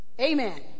Amen